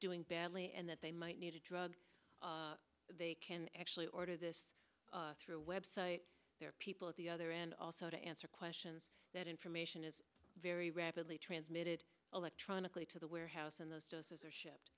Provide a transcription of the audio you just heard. doing badly and that they might need a drug they can actually order this through a web site there are people at the other end also to answer questions that information is very rapidly transmitted electronically to the warehouse and those